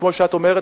כמו שאת אומרת,